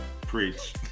Preach